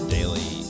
Daily